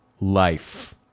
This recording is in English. life